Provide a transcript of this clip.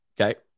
Okay